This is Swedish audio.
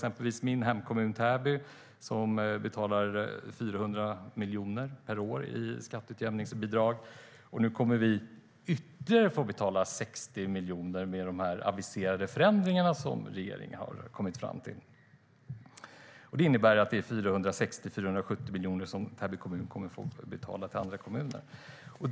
Min hemkommun Täby, till exempel, betalar 400 miljoner per år i skatteutjämningsbidrag. Nu kommer Täby att få betala ytterligare 60 miljoner med de förändringar som regeringen aviserar. Det innebär att det är 460-470 miljoner som Täby kommun måste betala till andra kommuner.